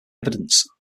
evidence